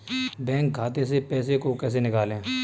Bank खाते से पैसे को कैसे निकालें?